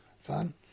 fun